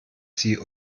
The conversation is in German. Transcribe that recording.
sie